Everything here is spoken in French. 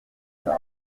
ordre